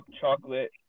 chocolate